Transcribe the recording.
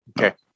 Okay